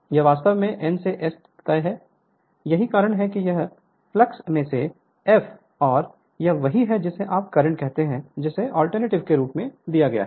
यह वास्तव में N से S तक है यही कारण है कि यह फ्लक्स में से एक है और यह वही है जिसे आप करंट कहते हैं जिसे अल्टरनेटिव के रूप में दिया गया है